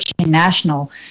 national